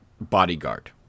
bodyguard